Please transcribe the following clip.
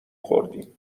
خوردیم